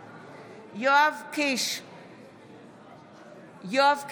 האם יהיה תקציב או לא יהיה תקציב הפך להיות קשור לשאלה מי יהיה ראש